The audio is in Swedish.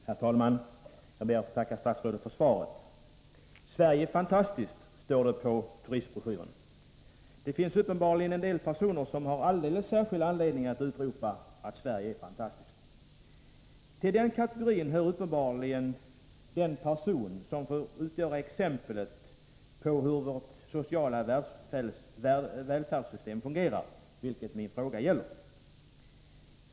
Herr talman! Jag ber att få tacka statsrådet för svaret på min fråga. ”Sverige är fantastiskt”, står det på turistbroschyrerna. Det finns uppenbarligen en del personer som har alldeles särskild anledning att utropa att Sverige är fantastiskt. Till den kategorin hör den person som får utgöra exemplet på hur vårt sociala välfärdssystem fungerar i visst avseende, vilket min fråga gäller.